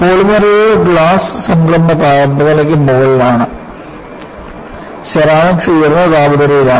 പോളിമറുകൾ glass സംക്രമണ താപനിലയ്ക്ക് മുകളിലാണ് സെറാമിക്സ് ഉയർന്ന താപനിലയിലാണ്